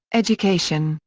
education,